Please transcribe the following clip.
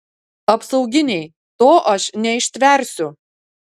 apsauginiai to aš neištversiu